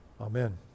Amen